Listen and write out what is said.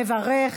מברך,